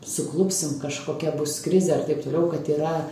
suklupsim kažkokia bus krizė ar taip toliau kad yra